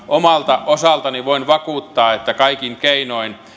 omalta osaltani voin vakuuttaa että kaikin keinoin